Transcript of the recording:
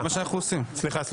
סליחה.